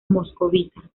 moscovita